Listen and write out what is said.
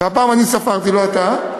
והפעם אני ספרתי, לא אתה.